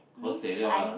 hosei liao lah